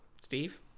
Steve